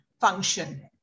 function